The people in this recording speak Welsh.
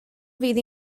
fydd